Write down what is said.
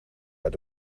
uit